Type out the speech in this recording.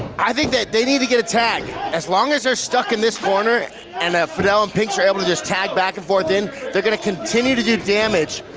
i think that they need to get a tag. as long as they're stuck in this corner and fidel and pinx are able to just tag back and forth in, they're gonna continue to do damage